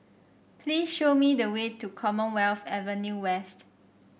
please show me the way to Commonwealth Avenue West